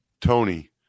Tony